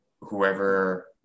whoever